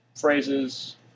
phrases